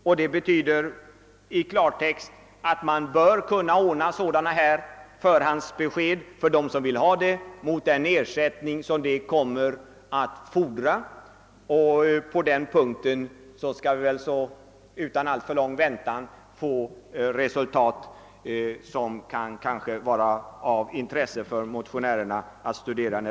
Detta betyder i klartext att man bör lämna förhandsbesked till dem som önskar sådant mot den ersättning som kommer att krävas. På den punkten skall det väl utan alltför lång väntan bli resultat som det kan vara av intresse för motionärerna att studera.